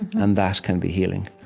and that can be healing,